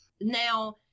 now